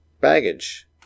baggage